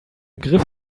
griff